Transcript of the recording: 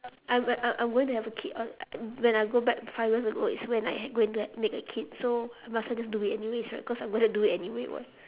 I I I I'm going to have a kid [what] when I go back five years ago is when I had going to have make a kid so I might as well just do it anyways right cause I'm just going to do it anyway [what]